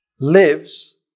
lives